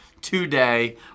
today